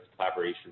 collaboration